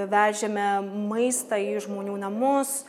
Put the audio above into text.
vežėme maistą į žmonių namus